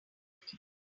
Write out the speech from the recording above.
evening